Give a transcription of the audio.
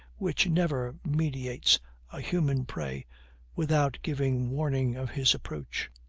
which never meditates a human prey without giving warning of his approach.